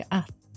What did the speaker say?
att